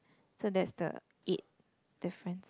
so that's the eight difference